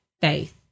faith